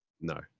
No